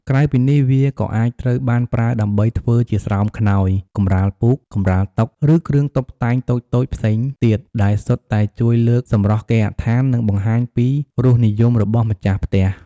ក្រៅពីនេះ វាក៏អាចត្រូវបានប្រើដើម្បីធ្វើជាស្រោមខ្នើយ កម្រាលពូក កម្រាលតុ ឬគ្រឿងតុបតែងតូចៗផ្សេងទៀត ដែលសុទ្ធតែជួយលើកសម្រស់គេហដ្ឋាន និងបង្ហាញពីរសនិយមរបស់ម្ចាស់ផ្ទះ។